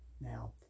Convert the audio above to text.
Now